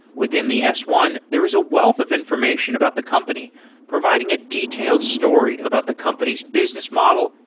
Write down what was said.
within the s one, there is a wealth of information about the company providing a detailed story about the company's business model,